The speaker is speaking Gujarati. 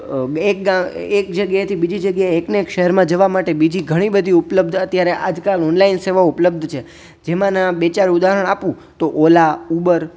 એક ગામ એક જગ્યાએથી બીજી જ્ગ્યાએ એક ને એક શહેરમાં જવા માટે બીજી ઘણી બધી ઉપલબ્ધ અત્યારે આજ કાલ ઓનલાઈન સેવાઓ ઉપલબ્ધ છે જેમાંના બે ચાર ઉદાહરણ આપુ તો ઓલા ઉબર